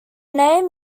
name